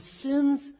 sins